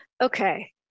Okay